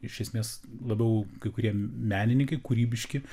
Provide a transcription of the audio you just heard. iš esmės labiau kai kurie menininkai kūrybiški